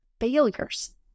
failures